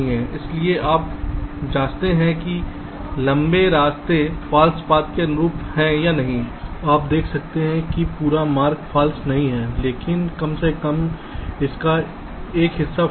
इसलिए आप जांचते हैं कि लंबे रास्ते फॉल्स पाथ के अनुरूप हैं या नहीं आप देख सकते हैं कि पूरा मार्ग फॉल्स नहीं है लेकिन कम से कम इसका एक हिस्सा फॉल्स है